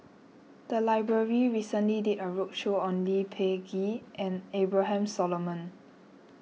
the library recently did a roadshow on Lee Peh Gee and Abraham Solomon